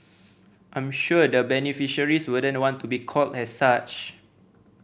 I'm sure the beneficiaries wouldn't want to be called as such